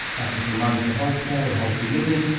have little money for healthcare and healthy living,